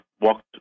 walked